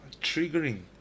Triggering